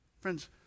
Friends